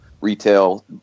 retail